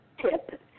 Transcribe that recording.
tip